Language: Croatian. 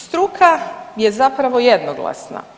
Struka je zapravo jednoglasna.